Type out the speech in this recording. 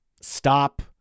stop